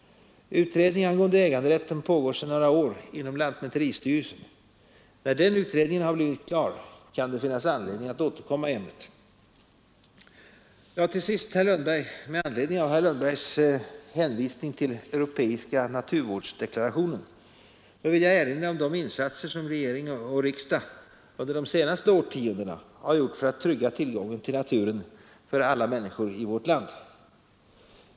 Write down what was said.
Utredning angående äganderätten pågår sedan några år inom lantmäteristyrelsen. När denna utredning blivit klar kan det finnas anledning att återkomma till ämnet. Avslutningsvis och med anledning av herr Lundbergs hänvisning till europeiska naturvårdsdeklarationen vill jag erinra om de insatser regering och riksdag under de senaste årtiondena har gjort för att trygga tillgången till naturen för alla människor i vårt land.